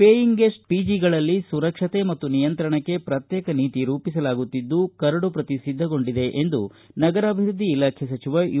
paying guest ಪಿಜಿಗಳಲ್ಲಿ ಸುರಕ್ಷಕೆ ಮತ್ತು ನಿಯಂತ್ರಣಕ್ಕೆ ಪ್ರಕ್ಶೇಕ ನೀತಿ ರೂಪಿಸಲಾಗುತ್ತಿದ್ದು ಕರಡು ಪ್ರತಿ ಸಿದ್ದಗೊಂಡಿದೆ ಎಂದು ನಗರಾಭಿವೃದ್ಧಿ ಇಲಾಖೆ ಸಚಿವ ಯು